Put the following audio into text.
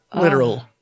Literal